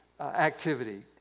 activity